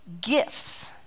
Gifts